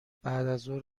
بعدازظهر